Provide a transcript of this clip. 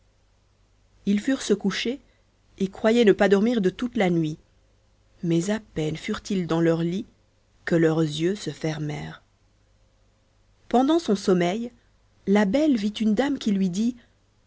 ils furent se coucher et croyaient ne pas dormir de toute la nuit mais à peine furent-ils dans leurs lits que leurs yeux se fermèrent pendant son sommeil la belle vit une dame qui lui dit